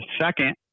second